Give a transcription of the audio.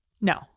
No